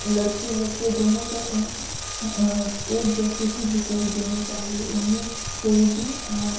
لڑکے لڑکیوں دونوں کو ان ایک جیسے ہی حقوق دینے چاہیے ان میں کوئی بھی